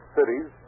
cities